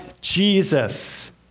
Jesus